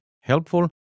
helpful